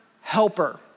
helper